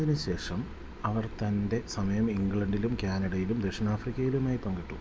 അതിനുശേഷം അവർ തൻ്റെ സമയം ഇംഗ്ലണ്ടിലും കാനഡയിലും ദക്ഷിണാഫ്രിക്കയിലുമായി പങ്കിട്ടു